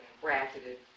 bracketed